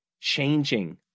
changing